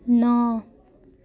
नौ